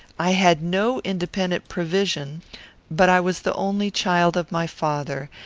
i had no independent provision but i was the only child of my father,